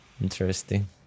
Interesting